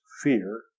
fear